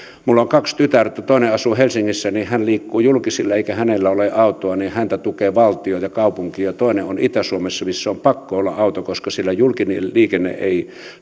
minulla on kaksi tytärtä toinen asuu helsingissä ja hän liikkuu julkisilla eikä hänellä ole autoa häntä tukee valtio ja kaupunki toinen on itä suomessa missä on pakko olla auto koska siellä julkinen liikenne ei